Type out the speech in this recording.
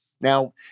Now